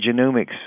genomics